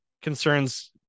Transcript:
concerns